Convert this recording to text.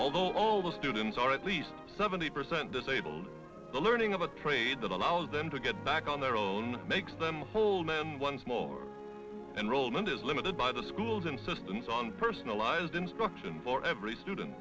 although all the students are at least seventy percent disabled the learning of a trade that allows them to get back on their own makes them whole man one small and roland is limited by the school's insistence on personalized instruction for every student